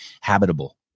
habitable